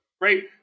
right